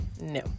no